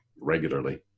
regularly